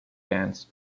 bands